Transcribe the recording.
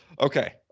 Okay